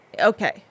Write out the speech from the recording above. Okay